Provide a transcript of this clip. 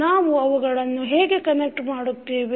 ನಾವು ಅವುಗಳನ್ನು ಹೇಗೆ ಕನೆಕ್ಟ್ ಮಾಡುತ್ತೇವೆ